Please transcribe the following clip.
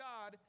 God